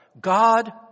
God